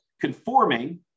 conforming